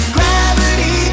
Gravity